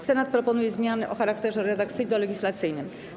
Senat proponuje zmiany o charakterze redakcyjno-legislacyjnym.